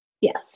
Yes